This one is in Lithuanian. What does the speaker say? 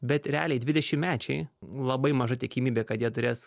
bet realiai dvidešimtmečiai labai maža tikimybė kad jie turės